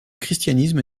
christianisme